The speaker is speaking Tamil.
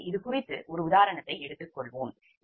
எனவே இது குறித்து ஒரு உதாரணத்தை எடுத்துக் கொள்வோம்